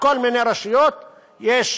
כל מיני רשויות יש.